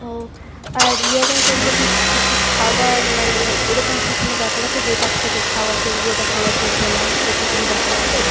ও আর ইয়োগা করলে কি কিছু খাবার মানে এএরকম কি কোনো ব্যাপার আছে যে এটা খেতে খাওয়া চলব ওটা খাওয়া চলবে না এরকম কোনো ব্যাপার আছে